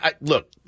look